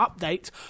update